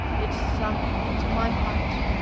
it sunk into my heart.